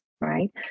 Right